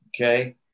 Okay